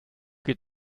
geht